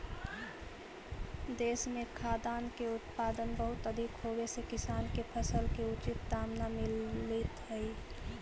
देश में खाद्यान्न के उत्पादन बहुत अधिक होवे से किसान के फसल के उचित दाम न मिलित हइ